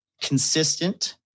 consistent